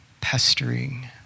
Pestering